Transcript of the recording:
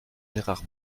gérard